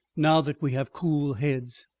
now that we have cool heads.